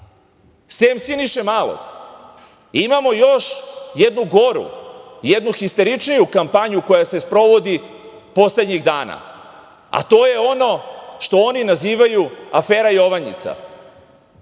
sem Siniše Malog, imamo još jednu goru i jednu histeričniju kampanju koja se sprovodi poslednjih dana, a to je ono što oni nazivaju afera "Jovanjica".